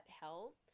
help